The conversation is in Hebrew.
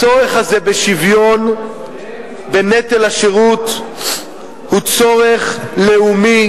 הצורך הזה בשוויון בנטל השירות הוא צורך לאומי,